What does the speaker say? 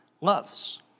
loves